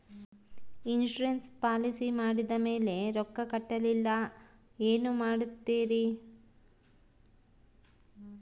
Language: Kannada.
ಇನ್ಸೂರೆನ್ಸ್ ಪಾಲಿಸಿ ಮಾಡಿದ ಮೇಲೆ ರೊಕ್ಕ ಕಟ್ಟಲಿಲ್ಲ ಏನು ಮಾಡುತ್ತೇರಿ?